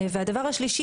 והדבר השלישי,